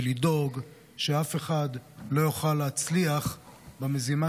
ולדאוג שאף אחד לא יוכל להצליח במזימה